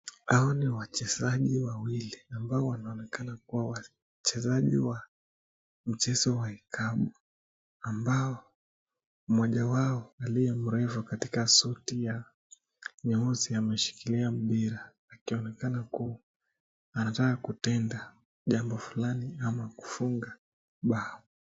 Hao ni wachezaji wawili ambao wanaonekana kuwa wachezaji wa mchezo wa kikapu ambao mmoja wao aliyemrefu katika suti ya nyeusi ameshikilia mpira akioneka kuwa anataka kutenda jambo fulani ama kufunga bao.